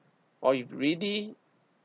or if really